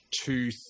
two